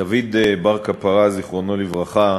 דוד בר קפרא, זכרו לברכה,